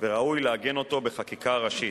וראוי לעגן אותו בחקיקה ראשית.